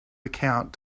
account